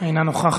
אינה נוכחת.